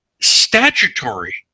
statutory